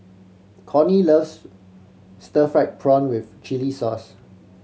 Cornie loves stir fried prawn with chili sauce